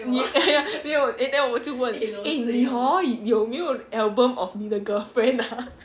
ya 没有 then 我门就问 eh 你 hor 有没有 album of 你的 girlfriend !huh!